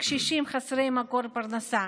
קשישים חסרי מקור פרנסה,